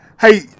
hey